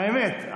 האמת,